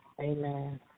Amen